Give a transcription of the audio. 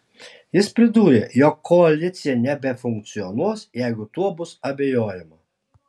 jis pridūrė jog koalicija nebefunkcionuos jeigu tuo bus abejojama